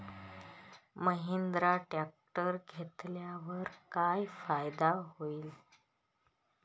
Mahindra tractor घेतल्यावर काय फायदा होईल?